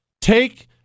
Take